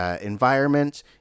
environment